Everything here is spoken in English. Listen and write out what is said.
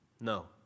no